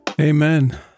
Amen